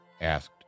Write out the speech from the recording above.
asked